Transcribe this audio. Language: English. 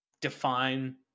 define